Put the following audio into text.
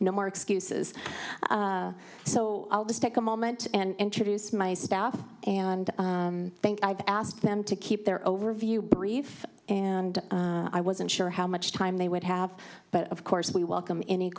no more excuses so i'll just take a moment and introduce my staff and i think i've asked them to keep their overview brief and i wasn't sure how much time they would have but of course we welcome any